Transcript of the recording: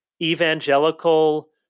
evangelical